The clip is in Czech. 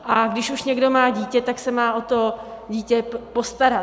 A když už někdo má dítě, tak se má o to dítě postarat.